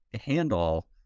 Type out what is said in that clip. handle